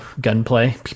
gunplay